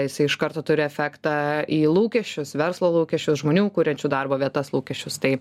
jisai iš karto turi efektą į lūkesčius verslo lūkesčius žmonių kuriančių darbo vietas lūkesčius tai